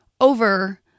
over